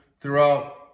throughout